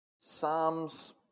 Psalms